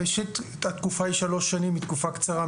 ראשית, התקופה היא שלוש שנים, היא תקופה קצרה.